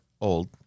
old